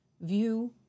view